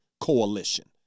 coalition